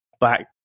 back